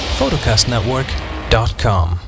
photocastnetwork.com